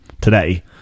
today